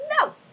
No